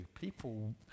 People